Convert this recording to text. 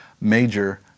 major